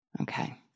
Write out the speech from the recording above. Okay